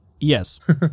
Yes